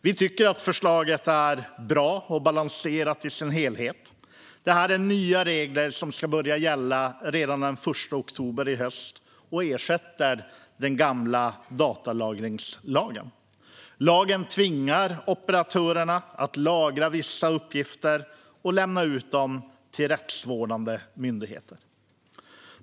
Vi tycker att förslaget är bra och balanserat i sin helhet. Det här är nya regler som ska börja gälla redan den 1 oktober i höst och ersätter den gamla datalagringslagen. Lagen tvingar operatörerna att lagra vissa uppgifter och lämna ut dem till rättsvårdande myndigheter.